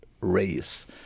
race